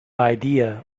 idea